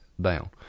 down